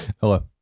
Hello